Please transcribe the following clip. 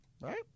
right